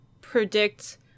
predict